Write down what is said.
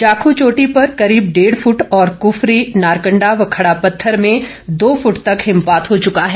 जाख् चोटी पर करीब डेढ़ फुट और कुफरी नारकण्डा व खड़ापत्थर में दो फूट तक हिमपात हो चका है